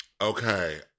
Okay